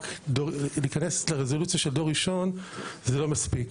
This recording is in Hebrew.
להיכנס לרזולוציה של דור ראשון זה לא מספיק,